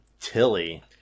tilly